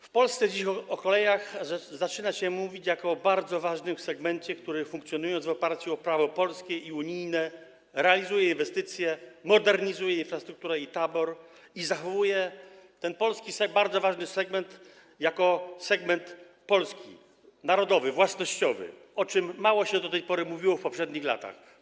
W Polsce dziś o kolejach zaczyna się mówić jako o bardzo ważnym segmencie, który funkcjonując w oparciu o prawo polskie i unijne, realizuje inwestycje i modernizuje infrastrukturę i tabor, a przy tym ten bardzo ważny segment zachowuje polski, narodowy charakter własnościowy, o czym mało się do tej pory mówiło w poprzednich latach.